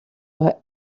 are